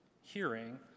hearing